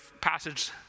passage